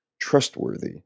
trustworthy